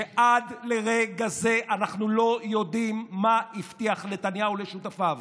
שעד לרגע זה אנו לא יודעים מה הבטיח נתניהו לשותפיו.